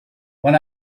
when